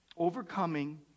overcoming